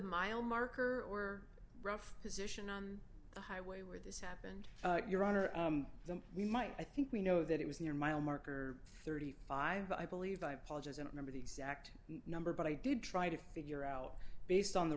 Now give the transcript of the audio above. mile marker or rough position on the highway where this happened your honor them we might i think we know that it was near mile marker thirty five i believe i apologize and remember the exact number but i did try to figure out based on the